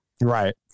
Right